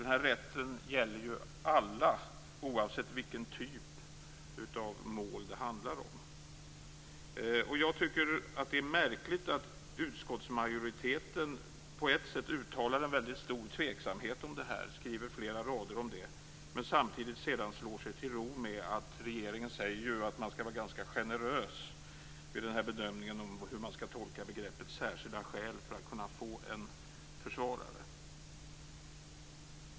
Den rätten gäller alla oavsett vilken typ av mål det handlar om. Det är märkligt att utskottsmajoriteten uttalar en väldigt stor tveksamhet om detta. Utskottet skriver flera rader om det. Samtidigt slår sig utskottet sedan till ro med att regeringen säger att man skall vara ganska generös vid bedömningen av hur man skall tolka begreppet "särskilda skäl" för att kunna få en försvarare.